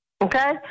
Okay